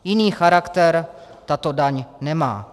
Jiný charakter tato daň nemá.